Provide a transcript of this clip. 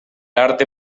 arte